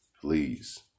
Please